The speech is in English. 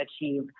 achieve